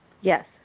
Yes